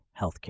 healthcare